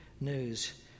news